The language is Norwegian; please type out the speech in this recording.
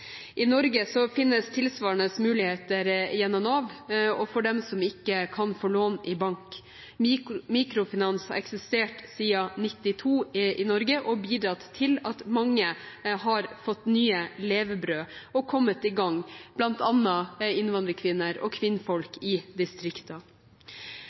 I Norge finnes tilsvarende muligheter gjennom Nav, og for dem som ikke kan få lån i bank. Mikrofinans har eksistert siden 1992 i Norge og har bidratt til at mange har fått nye levebrød og kommet i gang, bl.a. innvandrerkvinner og kvinner i